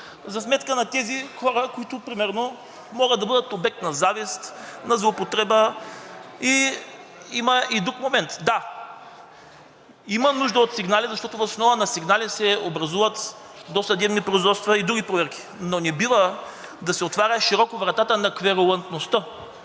за сметка на тези хора, които примерно могат да бъдат обект на завист, на злоупотреба. Има и друг момент. Да, има нужда от сигнали, защото въз основа на сигнали се образуват досъдебни производства и други проверки, но не бива да се отваря широко вратата на кверулантността,